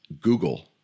Google